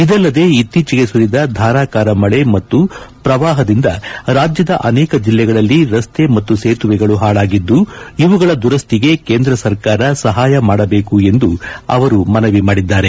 ಇದಲ್ಲದೆ ಇತ್ತೀಚೆಗೆ ಸುರಿದ ಧಾರಾಕಾರ ಮಳೆ ಮತ್ತು ಪ್ರವಾಹದಿಂದ ರಾಜ್ಯದ ಅನೇಕ ಜಿಲ್ಲೆಗಳಲ್ಲಿ ರಸ್ತೆ ಮತ್ತು ಸೇತುವೆಗಳು ಹಾಳಾಗಿದ್ದು ಇವುಗಳ ದುರಸ್ತಿಗೆ ಕೇಂದ್ರ ಸರ್ಕಾರ ಸಹಾಯ ಮಾಡಬೇಕು ಎಂದು ಅವರು ಮನವಿ ಮಾಡಿದ್ದಾರೆ